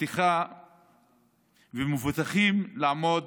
והמבוטחים לעמוד